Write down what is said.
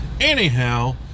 Anyhow